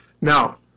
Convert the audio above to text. Now